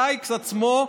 סייקס עצמו,